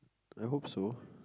I hope so